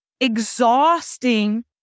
exhausting